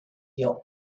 your